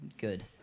good